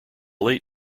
late